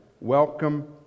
welcome